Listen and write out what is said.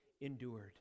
endured